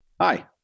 Hi